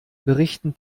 berichten